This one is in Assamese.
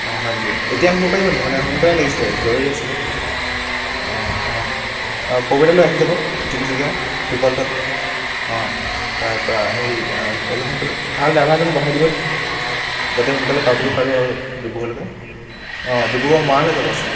অঁ হয় নেকি এতিয়া আহিব পাৰিব নেকি মানে সোনকালে লাগিছিলে জৰুৰী আছিলে অঁ অঁ অঁ পবদিয়ালৈ আহি যাব তিনিচুকীয়াৰ তল অঁ তাৰপৰা হেৰি অলপ সোনকালে ভাল ড্ৰাইভাৰ এজন পঠাই দিব দেই যাতে সোনকালে পাবগৈ পাৰো আৰু ডিব্ৰুগড়লৈকে অঁ ডিব্ৰুগড় মৰাণলৈ যাব আছিলে